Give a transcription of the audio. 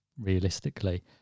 realistically